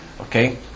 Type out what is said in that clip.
Okay